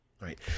right